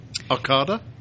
Arcada